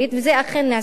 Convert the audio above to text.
זה אכן נעשה,